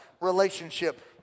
relationship